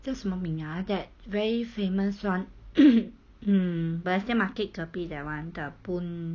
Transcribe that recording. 叫什么名啊 that very famous [one] balestier market 隔壁 that [one] that boon